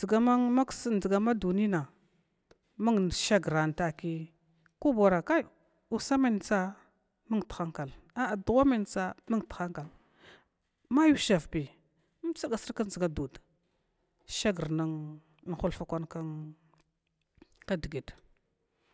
dʒga maks dʒga ma dunina mg shagran takin ku bawara kai usamantsa mgdhnkal, a a dugha mantsa mgdhnkal may usnavbi srga srg koʒga dud shaar nn hulfakwan kn kadgit.